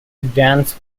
advance